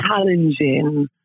challenging